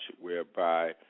whereby